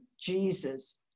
Jesus